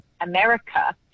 america